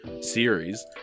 series